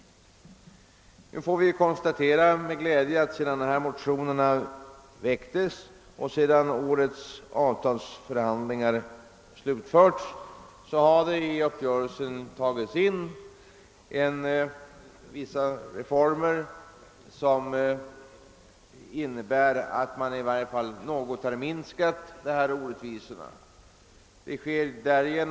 Sedan motionerna väcktes har årets avtalsförhandlingar slutförts, och vi kan med glädje konstatera att i uppgörelsen ingår vissa reformer som innebär att orättvisorna i varje fall har minskat något.